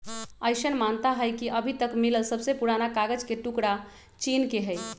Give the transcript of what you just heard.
अईसन मानता हई कि अभी तक मिलल सबसे पुरान कागज के टुकरा चीन के हई